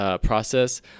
process